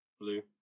blue